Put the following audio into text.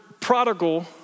prodigal